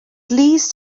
least